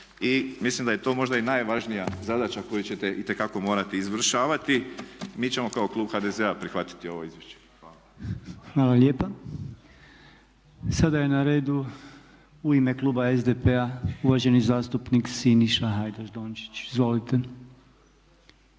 I mislim da je to možda i najvažnija zadaća koju ćete itekako morati izvršavati. Mi ćemo kao klub HDZ-a prihvatiti ovo izvješće. Hvala. **Podolnjak, Robert (MOST)** Hvala lijepa. Sada je na redu u ime kluba SDP-a uvaženi zastupnik Siniša Hajdaš Dončić. Izvolite.